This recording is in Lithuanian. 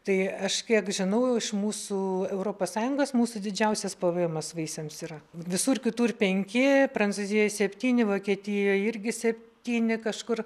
tai aš kiek žinau iš mūsų europos sąjungos mūsų didžiausias p v emas vaisiams yra visur kitur penki prancūzijoj septyni vokietijoj irgi septyni kažkur